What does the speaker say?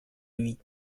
lui